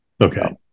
Okay